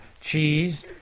cheese